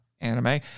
anime